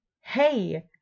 hey